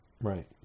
Right